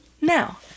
Now